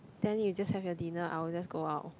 then you just have your dinner I will just go out